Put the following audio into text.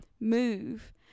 move